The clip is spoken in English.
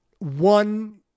One